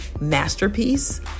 masterpiece